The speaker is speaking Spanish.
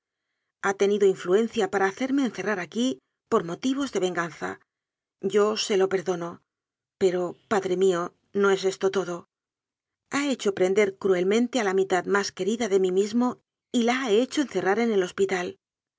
ha tenido influencia para hacerme encerrar aquí por motivos de venganza yo se lo perdono pero padre mío no es esto todo ha hecho prender cruelmente a la mitad más querida de mí mismo y la ha hecho encerrar en el hospital